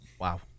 wow